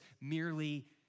merely